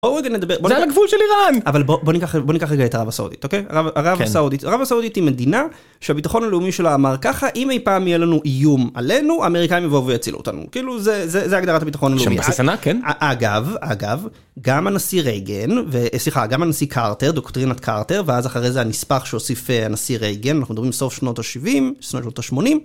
אבל בוא ניקח בוא ניקח רגע את ערב הסעודית אוקיי הרב הסעודית הרב הסעודית היא מדינה של ביטחון הלאומי שלה אמר ככה אם אי פעם יהיה לנו איום עלינו האמריקאים יבואו ויצילו אותנו כאילו זה זה זה הגדרת הביטחון הלאומי.אגב גם הנשיא רייגן סליחה.. גם הנשיא קארטר דוקטרינת קארטר ואז אחרי זה הנספח שהוסיף הנשיא רגן אנחנו מדברים סוף שנות ה-70 שנות ה-80.